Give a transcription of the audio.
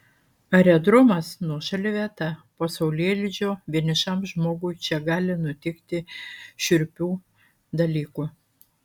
aerodromas nuošali vieta po saulėlydžio vienišam žmogui čia gali nutikti šiurpių dalykų